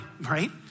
right